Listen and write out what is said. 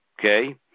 okay